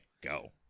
go